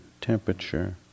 temperature